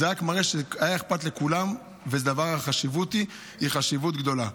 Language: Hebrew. זה רק מראה שהיה אכפת לכולם והחשיבות היא חשיבות גדולה.